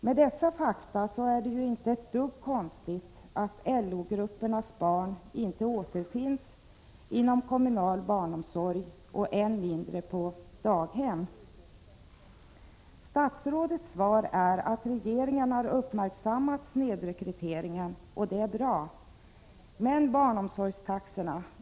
Med tanke på dessa fakta är det inte ett dugg konstigt att LO-gruppernas barn inte återfinns inom kommunal barnomsorg, och ännu mindre på daghem. Statsrådets svar är att regeringen har uppmärksammat snedrekryteringen, och det är bra. Men barnomsorgstaxorna då?